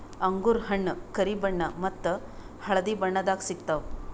ಅಂಗೂರ್ ಹಣ್ಣ್ ಕರಿ ಬಣ್ಣ ಮತ್ತ್ ಹಳ್ದಿ ಬಣ್ಣದಾಗ್ ಸಿಗ್ತವ್